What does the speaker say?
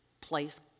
place